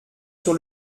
sur